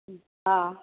हॅं